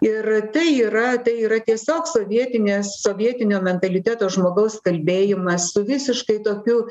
ir tai yra tai yra tiesiog sovietinė sovietinio mentaliteto žmogaus kalbėjimas su visiškai tokiu